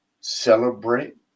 celebrate